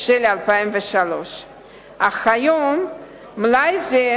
של 2003. אך היום מלאי זה,